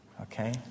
Okay